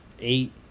eight